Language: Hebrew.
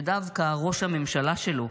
שדווקא ראש הממשלה שלו,